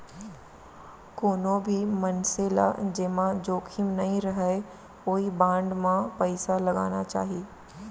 कोनो भी मनसे ल जेमा जोखिम नइ रहय ओइ बांड म पइसा लगाना चाही